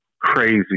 crazy